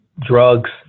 drugs